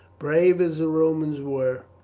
brave as the romans were,